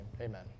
amen